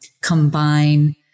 combine